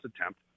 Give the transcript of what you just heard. attempt